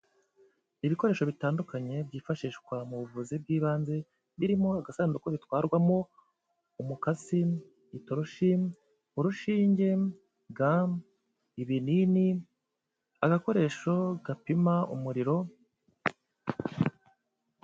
Ibikoresho bitandukanye byifashishwa mu buvuzi bw'ibanze birimo agasanduku bitwarwamo umukasi, itoroshi, urushinge, ga, ibinini, agakoresho gapima umuriro...